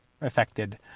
affected